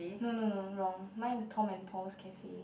no no no wrong mine is Tom and Paul's Cafe